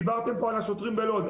דיברתם פה על השוטרים בלוד.